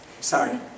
Sorry